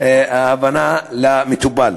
הבנת המטופל.